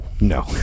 No